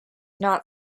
not